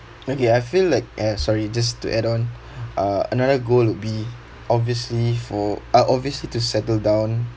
okay I feel like eh sorry just to add on uh another goal would be obviously for ah obviously to settle down